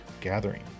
Gathering